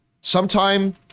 sometime